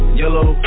yellow